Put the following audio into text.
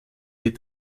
die